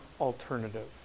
alternative